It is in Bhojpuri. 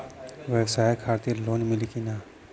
ब्यवसाय खातिर लोन मिली कि ना?